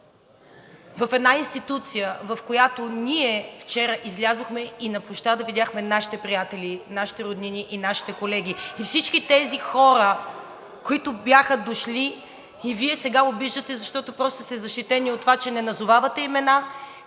на Народното събрание. Вчера излязохме и на площада видяхме нашите приятели, нашите роднини и нашите колеги, и всички тези хора, които бяха дошли и Вие сега обиждате, защото просто сте защитени от това, че не назовавате имена,